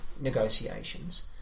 negotiations